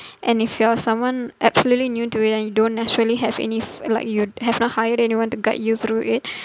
and if you're someone absolutely new to it and you don't actually have any fr~ like you have not hired anyone to guide you through it